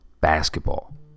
basketball